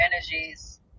energies